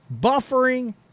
buffering